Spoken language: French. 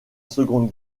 seconde